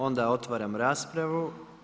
Onda otvaram raspravu.